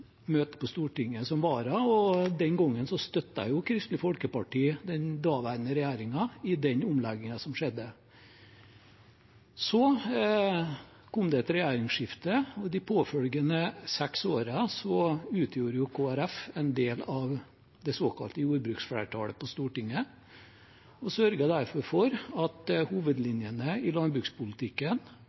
møte på Stortinget som vararepresentant, og den gangen støttet Kristelig Folkeparti den daværende regjeringen i den omleggingen som skjedde. Så kom det et regjeringsskifte, og de påfølgende seks årene utgjorde Kristelig Folkeparti en del av det såkalte jordbruksflertallet på Stortinget og sørget derfor for at hovedlinjene i landbrukspolitikken